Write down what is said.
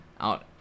out